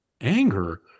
anger